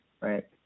right